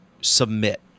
submit